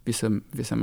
visam visam